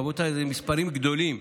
רבותיי, אלה מספרים גדולים.